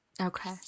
Okay